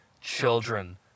children